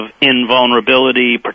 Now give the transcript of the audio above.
invulnerability